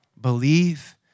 believe